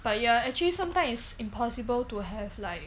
but ya actually sometimes it's impossible to have like